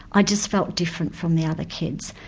i just felt different from the other kids.